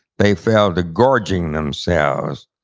they fell to gorging themselves.